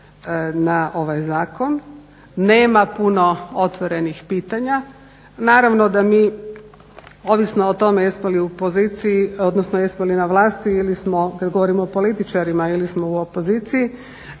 na ovaj zakon, nema puno otvorenih pitanja. Naravno da mi ovisno o tome jesmo li u poziciji odnosno jesmo li na vlasti ili kada govorimo o političarima ili smo u opoziciji